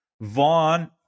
Vaughn